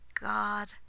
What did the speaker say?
God